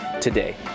today